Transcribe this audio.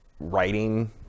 writing